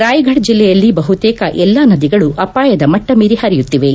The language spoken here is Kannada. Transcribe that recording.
ರಾಯ್ಫಡ್ ಜಿಲ್ಲೆಯಲ್ಲಿ ಬಹುತೇಕ ಎಲ್ಲಾ ನದಿಗಳು ಅಪಾಯದ ಮಟ್ಟ ಮೀರಿ ಪರಿಯುತ್ತಿವೆ